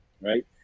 right